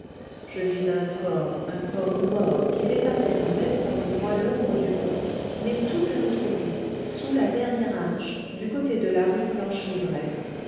je vis un corps un corps mort qui dépassait en même temps que moi l'ombre du pont mais tout à l'autre bout sous la dernière arche du côté de la rue planche mibraie